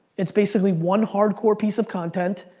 it's basically one hardcore piece of content,